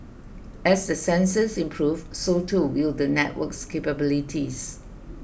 as the sensors improve so too will the network's capabilities